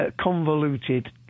convoluted